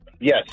Yes